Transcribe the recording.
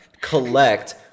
collect